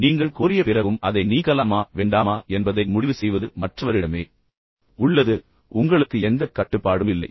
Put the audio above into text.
நீங்கள் கோரிய பிறகும் அதை நீக்கலாமா வேண்டாமா என்பதை முடிவு செய்வது முற்றிலும் மற்றவரிடமே உள்ளது எனவே உங்களுக்கு எந்தக் கட்டுப்பாடும் இல்லை